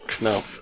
No